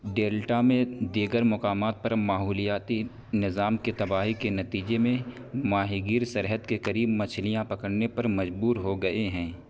delta میں دیگر مکامات پر ماحولیاتی نظام کی تباہی کے نتیجے میں ماہی گیر سرحد کے کریب مچھلیاں پکرنے پر مجبور ہو گئے ہیں